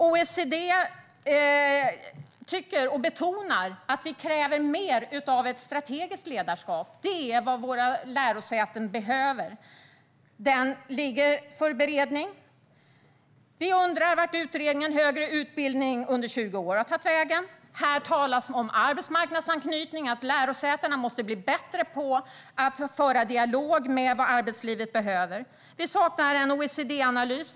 OECD betonar att våra lärosäten behöver ett mer strategiskt ledarskap. Den frågan är under beredning. Vi undrar vart utredningen Högre utbildning under tjugo år har tagit vägen. Här talas om arbetsmarknadsanknytning, om att lärosätena måste bli bättre på att föra dialog med arbetsmarknaden om vad som behövs. Vi saknar en OECD-analys.